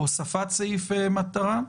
או הוספת סעיף מטרה,